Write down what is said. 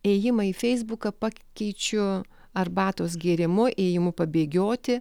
ėjimą į feisbuką pakeičiu arbatos gėrimu ėjimu pabėgioti